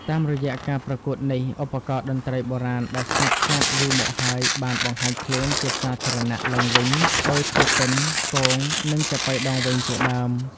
តាមរយៈការប្រកួតនេះ ឧបករណ៍តន្ត្រីបុរាណដែលស្ងប់ស្ងាត់យូរមកហើយបានបង្ហាញខ្លួនជាសាធារណៈឡើងវិញដូចជាពិណ គង និងចាប៉ីដងវែងជាដើម។